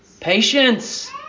Patience